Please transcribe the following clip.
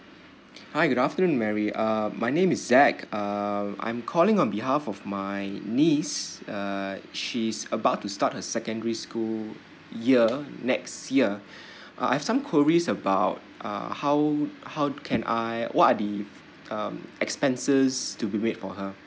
hi good afternoon mary um my name is jack um I'm calling on behalf of my niece uh she's about to start her secondary school year next year uh I've some queries about uh how how can I what are the um expenses to be wait for her